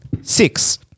six